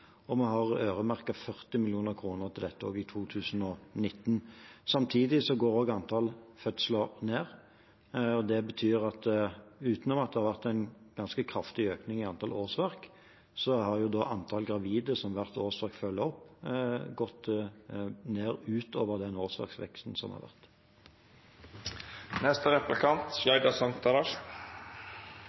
og vi har øremerket 40 mill. kr til dette i 2019. Samtidig går antallet fødsler ned. Det betyr at utenom at det har vært en ganske kraftig økning i antall årsverk, har antallet gravide som hvert årsverk følger opp, gått ned utover den årsverksveksten som har vært.